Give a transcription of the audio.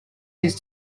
his